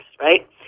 right